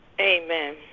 Amen